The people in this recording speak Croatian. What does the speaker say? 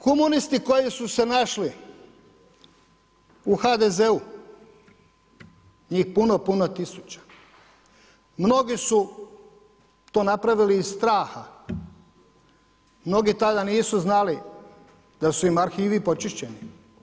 Komunisti koji su se našli u HDZ-u, njih puno, puno tisuća, mnogi su to napravili iz straha, mnogi tada nisu znali da su im arhivi počišćeni.